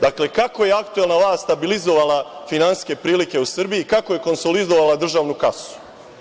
Dakle, kako je aktuelna vlast stabilizovala finansijske prilike u Srbiji, kako je konsolidovala državnu kasu?